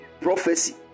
prophecy